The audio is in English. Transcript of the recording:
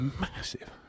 massive